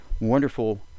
wonderful